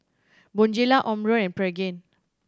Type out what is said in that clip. Bonjela Omron and Pregain